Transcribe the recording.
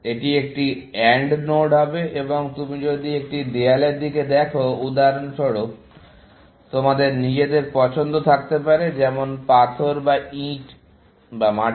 এটি একটি AND node হবে এবং তুমি যদি একটি দেয়ালের দিকে দেখো উদাহরণস্বরূপ তোমাদের নিজেদের পছন্দ থাকতে পারে যেমন পাথর বা ইট বা মাটি